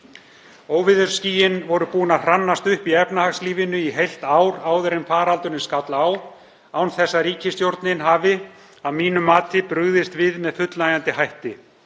Óveðursskýin voru búin að hrannast upp í efnahagslífinu í heilt ár áður en faraldurinn skall á án þess að ríkisstjórnin hafi að mínu mati brugðist við með fullnægjandi hætti.